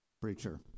Preacher